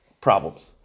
problems